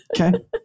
Okay